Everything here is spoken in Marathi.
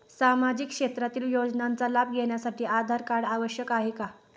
सामाजिक क्षेत्रातील योजनांचा लाभ घेण्यासाठी आधार कार्ड आवश्यक आहे का?